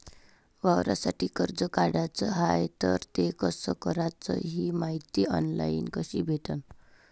वावरासाठी कर्ज काढाचं हाय तर ते कस कराच ही मायती ऑनलाईन कसी भेटन?